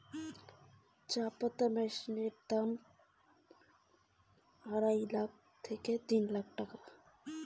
চাপাতা কাটর মেশিনের দাম কত?